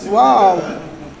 wow